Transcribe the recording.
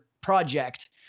Project